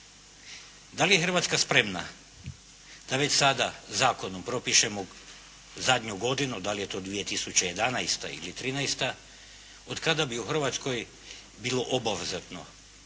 da li je Hrvatska spremna da već sada zakonom propišemo zadnju godinu, da li je to 2011. ili 2013. od kada bi u Hrvatskoj bilo obvezatno